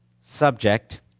subject